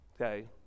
okay